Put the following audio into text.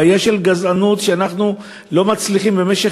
בעיה של גזענות שאנחנו לא מצליחים במשך